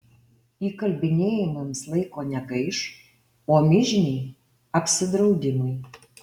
įkalbinėjimams laiko negaiš o mižniai apsidraudimui